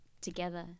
together